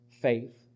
faith